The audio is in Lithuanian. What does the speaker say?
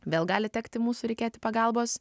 vėl gali tekti mūsų reikėti pagalbos